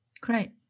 Great